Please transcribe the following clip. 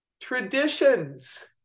Traditions